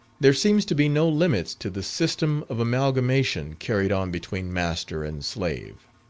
there seems to be no limits to the system of amalgamation carried on between master and slave.